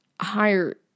higher